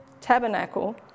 tabernacle